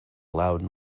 loud